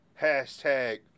Hashtag